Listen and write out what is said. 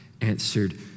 answered